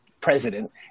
president